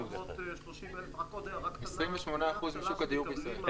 730,000. 28% משוק הדיור בישראל.